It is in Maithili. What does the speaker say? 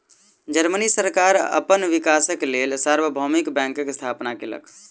जर्मनी सरकार अपन विकासक लेल सार्वभौमिक बैंकक स्थापना केलक